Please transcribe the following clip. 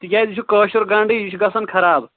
تِکیٛازِ یہِ چھُ کٲشُر گَنڈٕ یہِ چھُ گژھان خراب